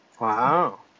Wow